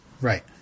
Right